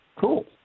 Cool